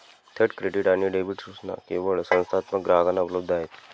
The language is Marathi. थेट क्रेडिट आणि डेबिट सूचना केवळ संस्थात्मक ग्राहकांना उपलब्ध आहेत